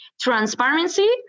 transparency